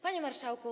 Panie Marszałku!